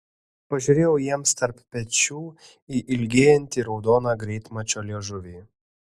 pažiūrėjau jiems tarp pečių į ilgėjantį raudoną greitmačio liežuvį